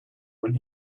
when